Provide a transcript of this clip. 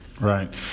Right